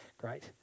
Great